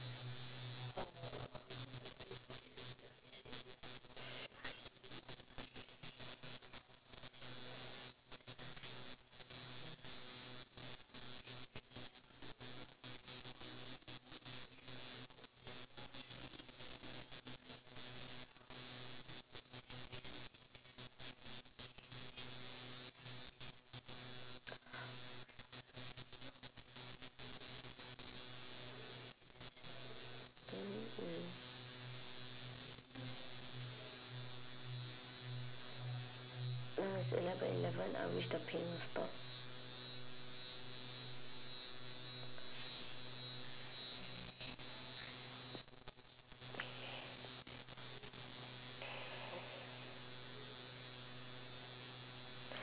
mm mm now is eleven eleven I wish the pain will stop